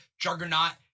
Juggernaut